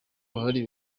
buhari